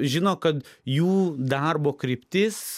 žino kad jų darbo kryptis